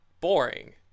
boring